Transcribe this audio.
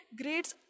grades